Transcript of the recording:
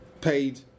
paid